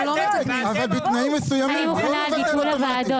אבל בתנאים מסוימים, לא לבטל אוטומטית.